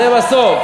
זה בסוף.